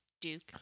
Duke